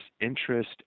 interest